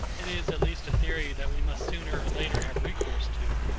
it is at least a theory that we must sooner or later have recourse to,